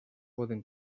poden